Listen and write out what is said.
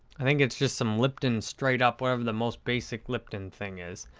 i think it's just some lipton, straight up, whatever the most basic lipton thing is.